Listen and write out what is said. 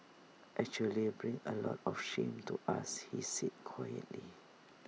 actually bring A lot of shame to us he said quietly